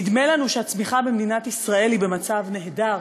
נדמה לנו שהצמיחה במדינת ישראל היא במצב נהדר,